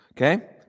Okay